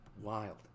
Wild